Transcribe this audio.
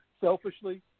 selfishly